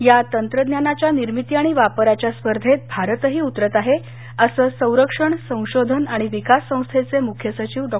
या तंत्रज्ञानाच्या निर्मिती आणि वापराच्या स्पर्धेत भारतही उतरत आहे असं संरक्षण संशोधन आणि विकास संस्थेचे मुख्य सचिव डॉ